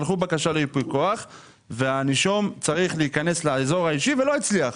שלחו בקשה לייפוי כוח והנישום צריך להיכנס לאזור האישי ולא הצליח,